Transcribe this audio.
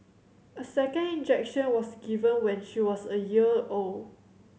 a second injection was given when she was a year old